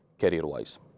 career-wise